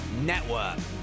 Network